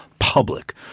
public